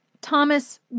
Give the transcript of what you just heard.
Thomas